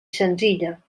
senzilla